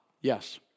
Yes